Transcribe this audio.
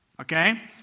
okay